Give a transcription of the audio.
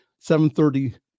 7.30